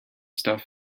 stuff